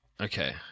Okay